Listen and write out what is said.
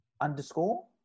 Underscore